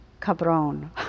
cabron